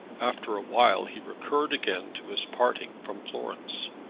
after a while he recurred again to his parting from florence.